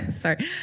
Sorry